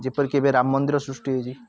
ଯେପରିକି ଏବେ ରାମ ମନ୍ଦିର ସୃଷ୍ଟି ହୋଇଛି